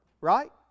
right